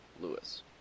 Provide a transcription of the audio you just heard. Lewis